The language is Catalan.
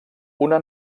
una